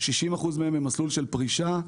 60 אחוזים מהם במסלול של פרישה,